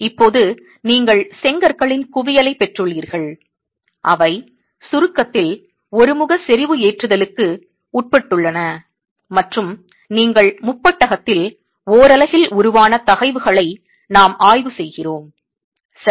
இப்போது நீங்கள் செங்கற்களின் குவியலைப் பெற்றுள்ளீர்கள் அவை சுருக்கத்தில் ஒருமுக செறிவு ஏற்றுதலுக்கு உட்பட்டுள்ளன மற்றும் நீங்கள் முப்பட்டகத்தில் ஓரலகில் உருவான தகைவுகளை நாம் ஆய்வு செய்கிறோம் சரி